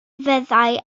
fyddai